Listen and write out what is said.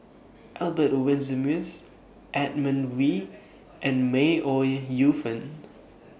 Albert Winsemius Edmund Wee and May Ooi Yu Fen